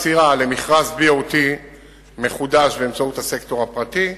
1. יציאה למכרזBOT מחודש באמצעות הסקטור הפרטי,